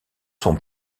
sont